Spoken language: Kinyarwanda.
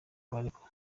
baregwa